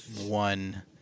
one